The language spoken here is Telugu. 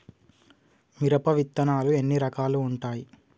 మిరప విత్తనాలు ఎన్ని రకాలు ఉంటాయి?